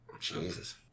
Jesus